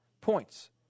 Points